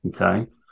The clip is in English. Okay